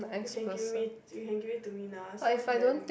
you can give me you can give it to me lah so many values